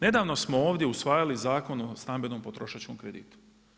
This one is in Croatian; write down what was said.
Nedavno smo ovdje usvajali Zakon o stambenom potrošačkom kreditu.